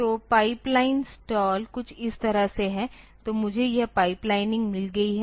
तो pipeline stall कुछ इस तरह से है तो मुझे यह पाइपलाइनिंग मिल गई है